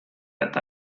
eta